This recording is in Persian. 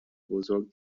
بزرگ